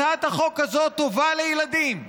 הצעת החוק הזאת טובה לילדים.